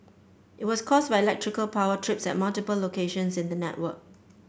it was caused by electrical power trips at multiple locations in the network